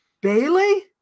Bailey